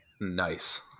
nice